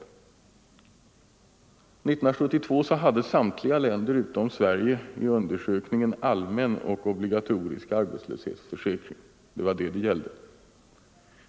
År 1972 hade samtliga länder utom Sverige i undersökningen allmän och obligatorisk arbetslöshetsförsäkring. Det var det saken gällde.